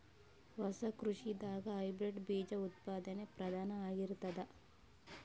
ಹೊಸ ಕೃಷಿದಾಗ ಹೈಬ್ರಿಡ್ ಬೀಜ ಉತ್ಪಾದನೆ ಪ್ರಧಾನ ಆಗಿರತದ